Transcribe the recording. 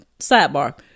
sidebar